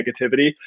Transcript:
negativity